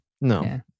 No